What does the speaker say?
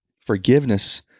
Forgiveness